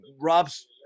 Rob's